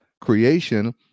creation